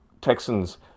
Texans